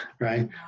Right